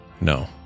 No